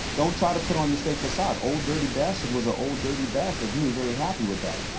don't try to put on this fake facade. old dirty bastard was a old dirty bastard and he was very happy with that.